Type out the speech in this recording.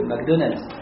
McDonald's